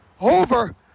over